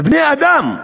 בני-אדם.